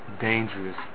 dangerous